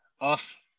off